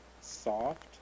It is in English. Soft